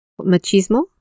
Machismo